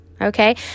Okay